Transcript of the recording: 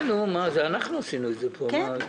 כן, אנחנו עשינו את זה פה.